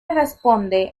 responde